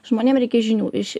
žmonėm reikia žinių iš